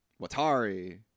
Watari